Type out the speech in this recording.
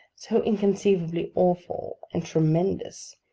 so inconceivably awful and tremendous,